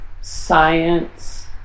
science